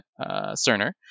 Cerner